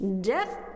Death